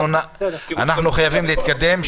אנחנו חייבים להתקדם.